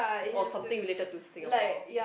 or something related to Singapore